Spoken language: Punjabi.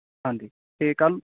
ਹਾਂਜੀ ਅਤੇ ਕੱਲ੍ਹ